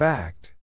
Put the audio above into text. Fact